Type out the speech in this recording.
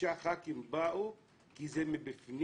חמישה ח"כים באו כי זה מפנים.